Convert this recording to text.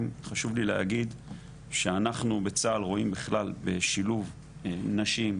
חשוב לי להגיד שאנחנו בצה"ל רואים בכלל בשילוב נשים,